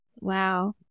Wow